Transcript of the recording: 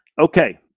Okay